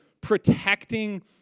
protecting